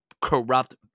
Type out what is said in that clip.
corrupt